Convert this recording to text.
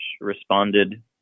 responded